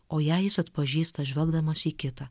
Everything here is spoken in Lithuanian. o jei jis atpažįsta žvelgdamas į kitą